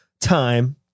time